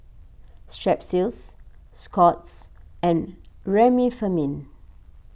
Strepsils Scott's and Remifemin